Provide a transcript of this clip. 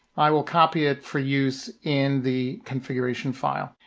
i will copy it for use in the configuration file.